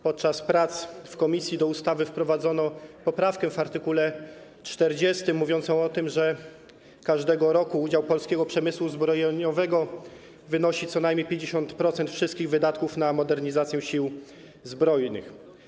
Podczas prac w komisji do ustawy wprowadzono poprawkę w zakresie art. 40, mówiącą o tym, że każdego roku udział polskiego przemysłu zbrojeniowego wynosi co najmniej 50% wszystkich wydatków na modernizację Sił Zbrojnych.